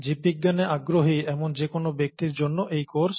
জীববিজ্ঞানে আগ্রহী এমন যে কোন ব্যক্তির জন্য এই কোর্স